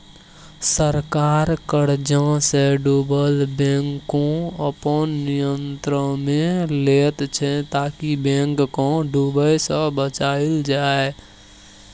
सरकार कर्जसँ डुबल बैंककेँ अपन नियंत्रणमे लैत छै ताकि बैंक केँ डुबय सँ बचाएल जाइ